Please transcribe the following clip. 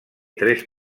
tres